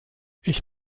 ich